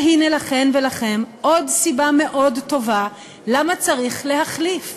והנה לכן ולכם עוד סיבה מאוד טובה למה צריך להחליף.